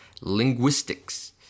linguistics